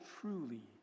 truly